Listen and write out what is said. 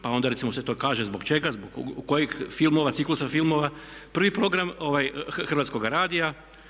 Pa ona recimo se to kaže zbog čega, zbog kojih filmova, ciklusa filmova, prvi program Hrvatskoga radija.